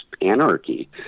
anarchy